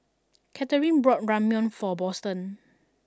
Katherin bought Ramyeon for Boston